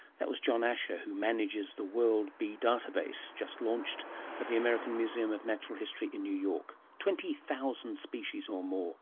that was john ascher who manages the world bee database, just launched at the american museum of natural history in new york twenty thousand species or more